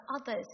others